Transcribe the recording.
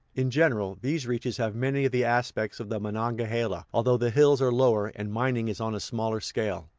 in general, these reaches have many of the aspects of the monongahela, although the hills are lower, and mining is on a smaller scale.